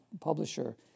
publisher